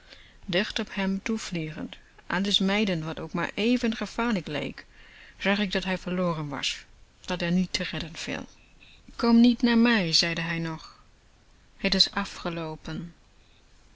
op hem toevliegend alles mijdend wat ook maar even gevaarlijk leek zag ik dat hij verloren was dat er niet te redden viel kom niet bij me zeide hij nog het is afgeloopen